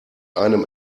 einem